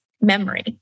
memory